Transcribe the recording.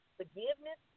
forgiveness